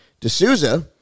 D'Souza